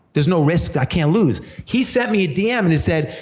there's no risk, i can't lose. he sent me a dm and it said,